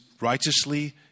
righteously